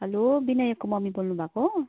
hello बिनायकको mummy बोल्नु भएको हो